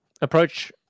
approach